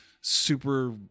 super